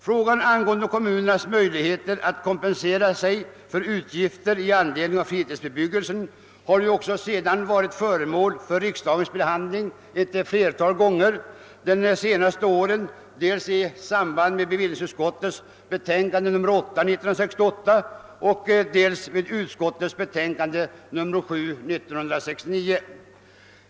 Frågan om kommunernas möjligheter att kompensera sig för utgifter med anledning av fritidsbebyggelse har också senare varit föremål för riksdagens behandling ett flertal gånger, under de senaste åren dels i samband med bevillningsutskottets betänkande nr 8 år 1968, dels i anslutning till dess betänkande nr 7 år 1969.